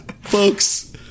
folks